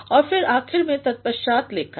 और फिर आखिर में ततपश्चात लेखन